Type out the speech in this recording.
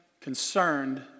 concerned